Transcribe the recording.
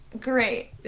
Great